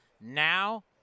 Now